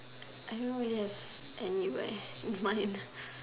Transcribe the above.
I don't really have anywhere mine